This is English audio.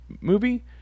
movie